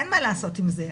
אין מה לעשות עם זה.